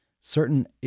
certain